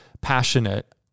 passionate